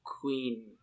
Queen